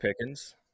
Pickens